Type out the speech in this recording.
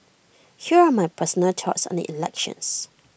here are my personal thoughts on the elections